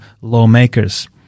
lawmakers